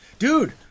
Dude